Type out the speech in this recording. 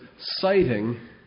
citing